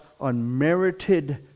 unmerited